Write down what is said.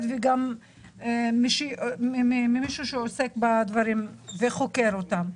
וגם עם מישהו שעוסק בדברים וחוקר אותם.